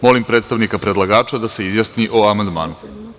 Molim predstavnika predlagača da se izjasni o amandmanu.